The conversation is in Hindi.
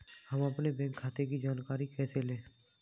हम अपने बैंक खाते की जानकारी कैसे लें?